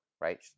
right